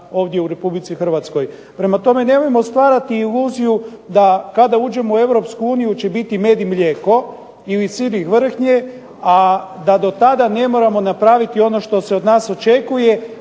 ovdje u REpublici Hrvatskoj. Prema tome, nemojmo stvarati iluziju da kada uđemo u Europsku uniji će biti med i mlijeko ili sir i vrhnje, a da do tada ne moramo napraviti ono što se od nas očekuje,